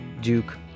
Duke